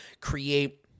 create